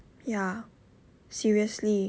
ya seriously